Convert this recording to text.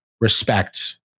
respect